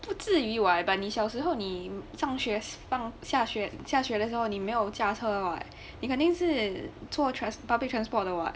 不至于 what but 你小时候你放学放下学下学的时候你没有驾车 what 你肯定是坐 public transport 的 what